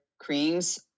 creams